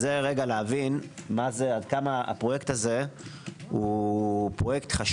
זה רגע להבין עד כמה הפרויקט הזה הוא חשוב.